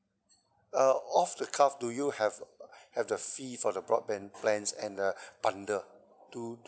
uh off the cuff do you have have the fee for the broadband plans and the bundle do